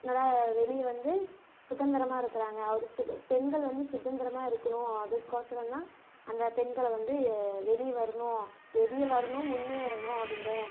நல்லா வெளியே வந்து சுதந்திரமா இருக்கிறங்கா அவர் சுக பெண்கள் வந்து சுதந்திரமாக இருக்கணும் அதுக்கொசரம் தான் அந்த பெண்களை வந்து வெளியே வரணும் வெளியே வரணும் முன்னேறணும் அவங்க